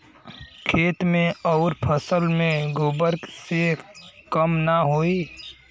खेत मे अउर फसल मे गोबर से कम ना होई?